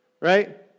Right